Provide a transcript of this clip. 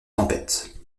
tempête